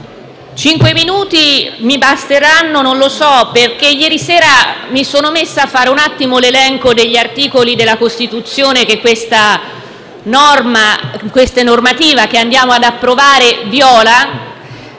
non so se mi basteranno cinque minuti, perché ieri sera mi sono messa a fare l'elenco degli articoli della Costituzione che questa normativa che andiamo ad approvare viola